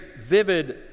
vivid